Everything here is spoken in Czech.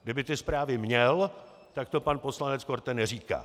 Kdyby ty zprávy měl, tak to pan poslanec Korte neříká.